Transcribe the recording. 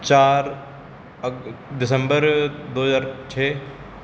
ਚਾਰ ਅਗ ਦਸੰਬਰ ਦੋ ਹਜ਼ਾਰ ਛੇ